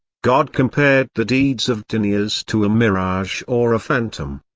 god compared the deeds of deniers to a mirage or a phantom.